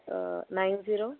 nine zero